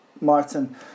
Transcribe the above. Martin